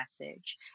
message